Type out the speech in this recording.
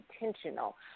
intentional